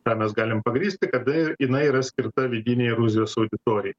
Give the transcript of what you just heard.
ką mes galim pagrįsti kada jinai yra skirta vidinei rusijos auditorijai